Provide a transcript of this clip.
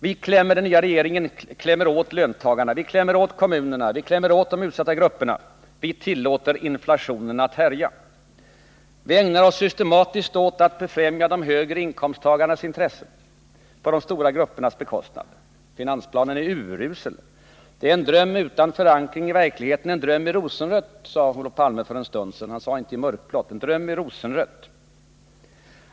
Herr Palme menar att vi i den nya regeringen klämmer åt kommunerna, löntagarna och de utsatta grupperna och att vi tillåter inflationen att härja. Vi skulle systematiskt ägna oss åt att främja de högre inkomsttagarnas intressen på de stora gruppernas bekostnad. Finansplanen är urusel, sade han för en stund sedan, en dröm i rosenrött utan förankring i verkligheten — dock inte i mörkblått.